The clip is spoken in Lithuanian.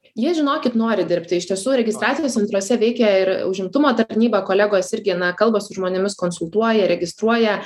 jie žinokit nori dirbti iš tiesų registracijos centruose veikia ir užimtumo tarnyba kolegos irgi na kalba su žmonėmis konsultuoja registruoja